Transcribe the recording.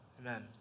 amen